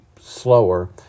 slower